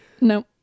no